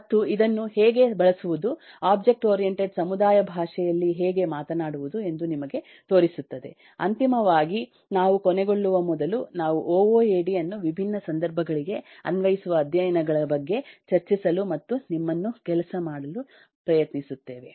ಮತ್ತು ಇದನ್ನು ಹೇಗೆ ಬಳಸುವುದು ಒಬ್ಜೆಕ್ಟ್ ಓರಿಯಂಟೆಡ್ ಸಮುದಾಯ ಭಾಷೆಯಲ್ಲಿ ಹೇಗೆ ಮಾತನಾಡುವುದು ಎಂದು ನಿಮಗೆ ತೋರಿಸುತ್ತದೆ ಅಂತಿಮವಾಗಿ ನಾವು ಕೊನೆಗೊಳ್ಳುವ ಮೊದಲು ನಾವು ಒ ಒ ಎ ಡಿ ಅನ್ನು ವಿಭಿನ್ನ ಸಂದರ್ಭಗಳಿಗೆ ಅನ್ವಯಿಸುವ ಅಧ್ಯಯನಗಳ ಬಗ್ಗೆ ಚರ್ಚಿಸಲು ಮತ್ತು ನಿಮ್ಮನ್ನು ಕೆಲಸ ಮಾಡಲು ಪ್ರಯತ್ನಿಸುತ್ತೇವೆ